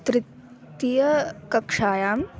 तृतीयकक्षायाम्